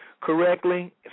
correctly